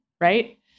right